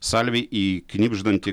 salvei į knibždantį